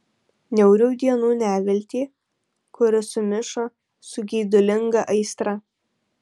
niaurių dienų neviltį kuri sumišo su geidulinga aistra